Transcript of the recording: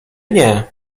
nie